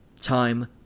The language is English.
time